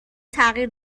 تغییر